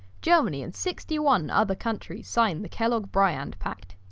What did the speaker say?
germany and sixty one other countries sign the kellogg-briand pact.